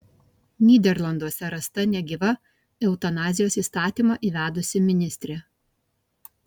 nyderlanduose rasta negyva eutanazijos įstatymą įvedusi ministrė